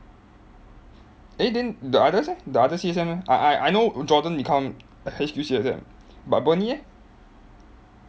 eh then the others eh the other C_S_M eh I I I know jordan become H_Q C_S_M but bernie eh